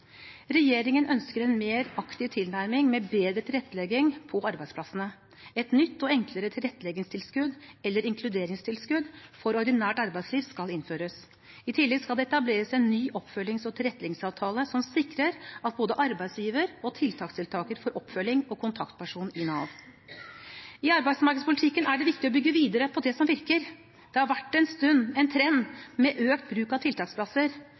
Regjeringen ønsker en mer aktiv tilnærming, med bedre tilrettelegging på arbeidsplassene. Et nytt og enklere tilretteleggingstilskudd eller inkluderingstilskudd for ordinært arbeidsliv skal innføres. I tillegg skal det etableres en ny oppfølgings- og tilretteleggingsavtale som sikrer at både arbeidsgiver og tiltaksdeltaker får oppfølging og kontaktperson hos Nav. I arbeidsmarkedspolitikken er det viktig å bygge videre på det som virker. Det har en stund vært en trend med økt bruk av tiltaksplasser.